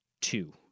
two